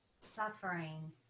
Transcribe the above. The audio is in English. suffering